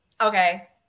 Okay